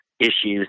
issues